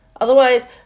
Otherwise